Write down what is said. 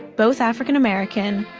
both african-american,